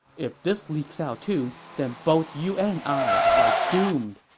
if this leaks out, too, then both you and i are doomed.